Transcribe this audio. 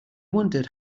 wondered